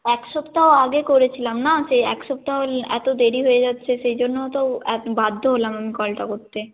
এক সপ্তাহ আগে করেছিলাম না সেই এক সপ্তাহ নিয়ে এত দেরি হয়ে যাচ্ছে সেই জন্য তো বাধ্য হলাম আমি কলটা করতে